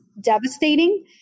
devastating